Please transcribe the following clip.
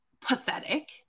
pathetic